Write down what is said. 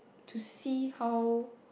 to see how